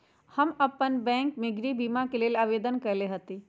हम अप्पन बैंक में गृह बीमा के लेल आवेदन कएले हति